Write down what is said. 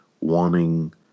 wanting